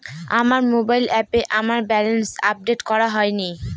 আমার মোবাইল অ্যাপে আমার ব্যালেন্স আপডেট করা হয়নি